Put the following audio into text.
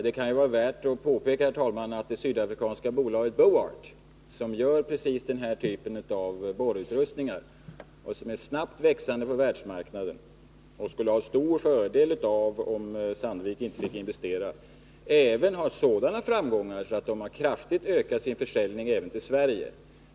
Det kan, herr talman, vara värt att påpeka att det sydafrikanska bolaget Boart, som gör precis den här typen av borrutrustningar och växer snabbt på världsmarknaden och som skulle ha stor fördel av om Sandvik inte fick investera, även har sådana framgångar att företaget kraftigt ökat försäljningen även till Sverige.